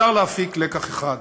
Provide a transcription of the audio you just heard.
אפשר להפיק לקח אחד: